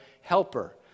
helper